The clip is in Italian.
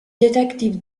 detective